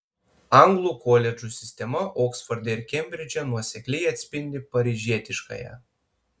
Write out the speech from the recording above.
anglų koledžų sistema oksforde ir kembridže nuosekliai atspindi paryžietiškąją